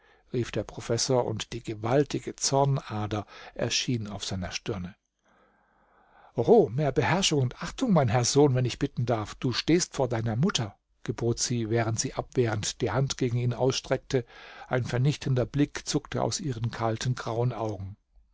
rief der professor und die gewaltige zornader erschien auf seiner stirne oho mehr beherrschung und achtung mein herr sohn wenn ich bitten darf du stehst vor deiner mutter gebot sie während sie abwehrend die hand gegen ihn ausstreckte ein vernichtender blick zuckte aus ihren kalten grauen augen